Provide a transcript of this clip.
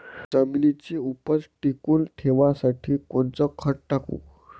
जमिनीची उपज टिकून ठेवासाठी कोनचं खत टाकू?